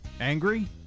Angry